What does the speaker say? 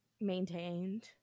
maintained